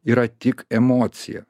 yra tik emocija